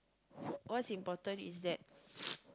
what's important is that